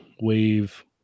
wave